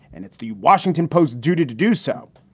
and it's the washington post's duty to do so.